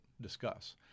discuss